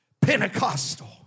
Pentecostal